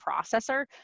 processor